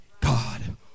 God